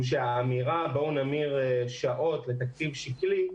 שהאמירה בואו נמיר שעות לתקציב שקלי,